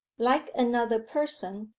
like another person,